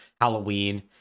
Halloween